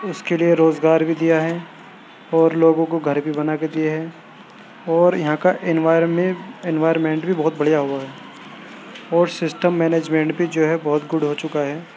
اس کے لیے روزگار بھی دیا ہے اور لوگوں کو گھر بھی بنا کے دیا ہے اور یہاں کا انوائرمنٹ انوائرمنٹ بھی بہت بڑھیا ہوا ہے اور سسٹم مینجمنٹ بھی جو ہے بہت گڈ ہو چکا ہے